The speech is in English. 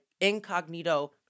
incognito-